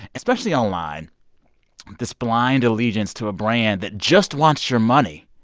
especially online this blind allegiance to a brand that just wants your money,